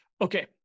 Okay